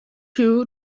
you